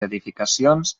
edificacions